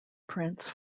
prints